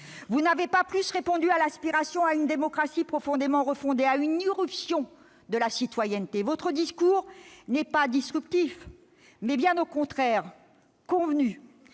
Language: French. Vous n'avez pas davantage répondu à l'aspiration à une démocratie profondément refondée, à une irruption de la citoyenneté. Votre discours n'est pas disruptif ; il est, bien au contraire, convenu,